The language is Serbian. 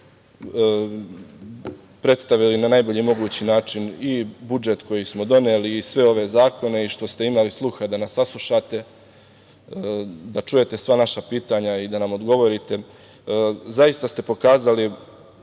predstavili na najbolji mogući način i budžet koji smo doneli i sve ove zakone i što se imali sluha da nas saslušate, da čujete sva naša pitanja i da nam odgovorite. Zaista ste pokazali